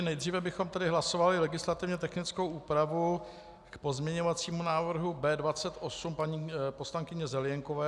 Nejdříve bychom tedy hlasovali legislativně technickou úpravu k pozměňovacímu návrhu B28 paní poslankyně Zelienkové.